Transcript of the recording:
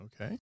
Okay